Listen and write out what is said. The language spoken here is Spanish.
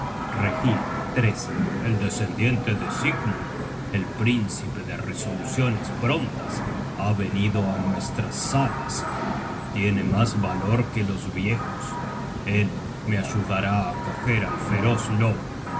pertenece reginn el descendiente de sigmund el príncipe de resoluciones prontas ha venido á nuestras salas tiene mas valor que los viejos él me ayudará á coger al feroz lobo